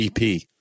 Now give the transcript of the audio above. EP